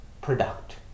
product